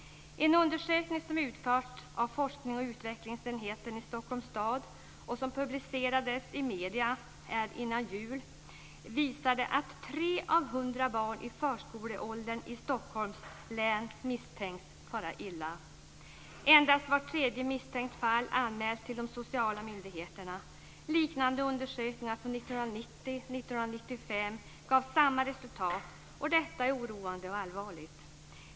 En undersökning som utförts av forsknings och utvecklingsenheten i Stockholms stad och som publicerades i medierna före jul visade att tre av hundra barn i förskoleåldern i Stockholms län misstänks fara illa. Endast vart tredje misstänkt fall anmäls till de sociala myndigheterna. Liknande undersökningar 1990 och 1995 gav samma resultat. Detta är oroande och allvarligt.